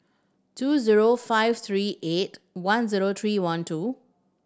two zero five three eight one zero three one two